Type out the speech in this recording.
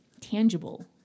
tangible